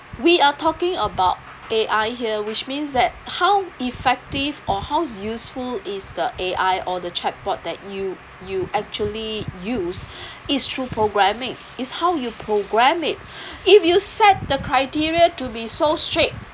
we are talking about A_I here which means that how effective or how useful is the A_I or the chatbot that you you actually use is through programming is how you program it if you set the criteria to be so strict